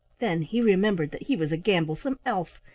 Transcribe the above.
then he remembered that he was a gamblesome elf,